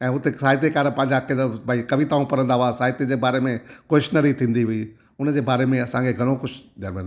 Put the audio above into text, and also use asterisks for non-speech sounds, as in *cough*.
ऐं हुते साहित्यकार पंहिंजा *unintelligible* भाई कविताऊं पढ़ंदा हुआसीं साहित्य जे बारे में कॉशनरी थींदी हुई हुनजे बारे में असांखे घणो कुझु ॾेई वयमि